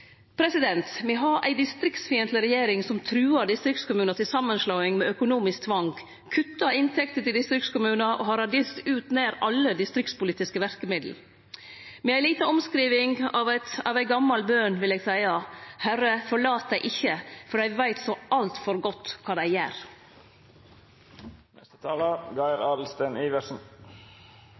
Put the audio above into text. Me har ei distriktsfiendtleg regjering som truar distriktskommunar til samanslåing med økonomisk tvang. Kutta inntekter til distriktskommunane har radert ut nær alle distriktspolitiske verkemiddel. Med ei lita omskriving av ei gamal bøn vil eg seie: Herre, forlat dei ikkje, for dei veit så altfor godt kva dei